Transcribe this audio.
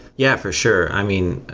yeah, for sure. i mean,